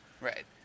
Right